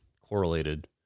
correlated